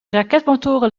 raketmotoren